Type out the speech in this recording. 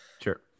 sure